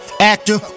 actor